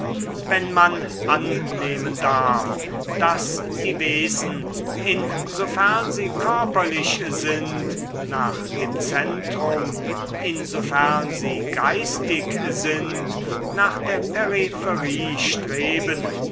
wenn man annehmen darf daß die wesen insofern sie körperlich sind nach dem zentrum insofern sie geistig sind nach der peripherie streben